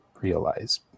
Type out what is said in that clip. realize